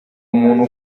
umuntu